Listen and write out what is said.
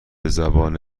زبان